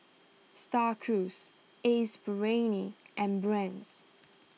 Star Cruise Ace Brainery and Brand's